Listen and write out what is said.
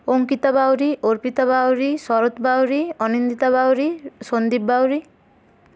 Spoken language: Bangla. অঙ্কিতা বাউড়ি অর্পিতা বাউড়ি শরৎ বাউড়ি অনিন্দিতা বাউড়ি সন্দীপ বাউড়ি